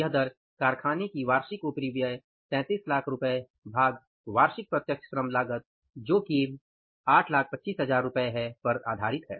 यह दर कारखाने की वार्षिक उपरिव्यय 3300000 रूपए भाग वार्षिक प्रत्यक्ष श्रम लागत जो की 825000 रूपए है पर आधारित है